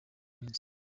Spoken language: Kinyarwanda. minsi